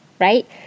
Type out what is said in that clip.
right